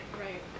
Right